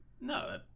no